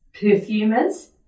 perfumers